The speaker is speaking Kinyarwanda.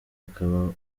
akaba